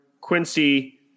Quincy